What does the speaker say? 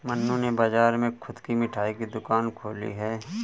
मन्नू ने बाजार में खुद की मिठाई की दुकान खोली है